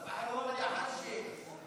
סבאח א-נור, יא,